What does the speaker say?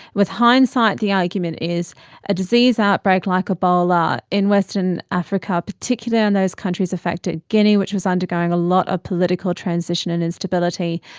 with hindsight the argument is a disease outbreak like ebola in western africa, particularly in those countries affected guinea which was undergoing a lot of political transition and instability,